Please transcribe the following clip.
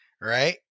right